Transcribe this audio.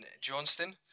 Johnston